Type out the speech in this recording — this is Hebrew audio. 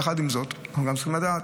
יחד עם זאת צריך לדעת